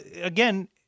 again